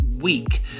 week